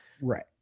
Right